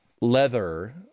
leather